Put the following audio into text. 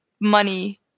money